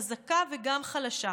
חזקה וגם חלשה,